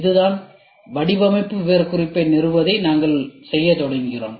இதுதான் வடிவமைப்பு விவரக்குறிப்பை நிறுவுவதை நாங்கள் செய்யத் தொடங்குகிறோம்